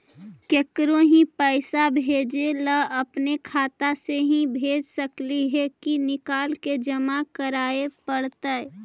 केकरो ही पैसा भेजे ल अपने खाता से ही भेज सकली हे की निकाल के जमा कराए पड़तइ?